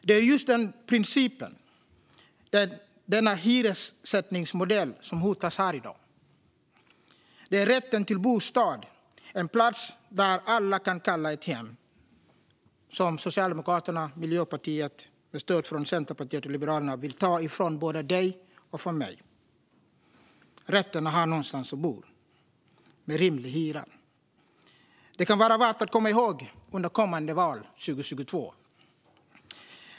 Det är just denna princip och denna hyressättningsmodell som hotas här i dag. Det är rätten till bostad, en plats för alla att kalla ett hem, som Socialdemokraterna och Miljöpartiet med stöd av Centerpartiet och Liberalerna vill ta ifrån både dig och mig. Det är rätten att ha någonstans att bo med rimlig hyra. Detta kan vara värt att komma ihåg under kommande val 2022.